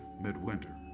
midwinter